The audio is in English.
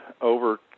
over